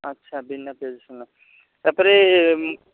ଆଚ୍ଛା ବିନା ପାଆଜ ରସୁଣ ତା'ପରେ